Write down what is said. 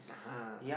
(uh huh)